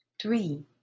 three